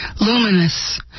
luminous